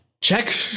check